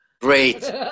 Great